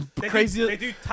crazy